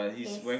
his